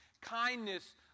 kindness